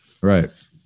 Right